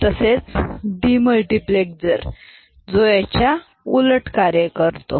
तसेच डीमल्टीप्लेक्सर जो याच्या उलट कार्य करतो